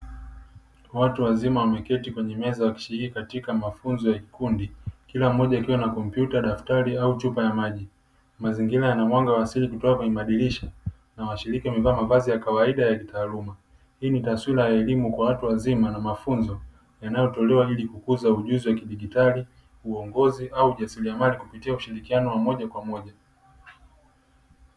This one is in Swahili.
Watu wazima wameketi kwenye meza wakishiriki katika mafunzo ya kikundi, kila mmoja akiwa na kompyuta, daftari au chupa ya maji. Mazingira yana mwanga wa asili kutoka kwenye madirisha na washiriki wamevaa mavazi ya kawaida ya kitaaluma. Hii ni taswira ya elimu kwa watu wazima na mafunzo, yanayotolewa ili kukuza ujuzi wa kidigitali, uongozi au ujasiriamali kupitia ushirikiano wa moja kwa moja.